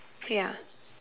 ya